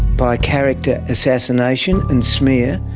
by character assassination and smear,